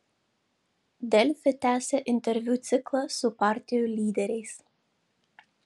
delfi tęsia interviu ciklą su partijų lyderiais